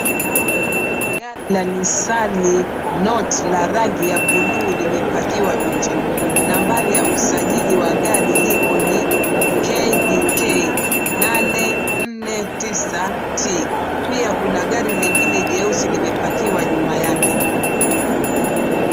Gari la Nissan Note la rangi ya buluu limepakiwa nje , nambari ya usajili wa gari liko ni KDK 849T pia kuna gari lingine jeusi limepakiwa nyuma yake.